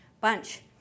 bunch